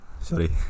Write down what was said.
Sorry